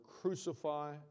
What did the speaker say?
crucify